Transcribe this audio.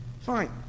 Fine